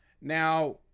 now